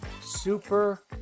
super